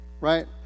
right